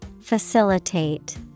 Facilitate